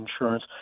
insurance